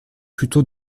plutôt